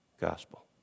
gospel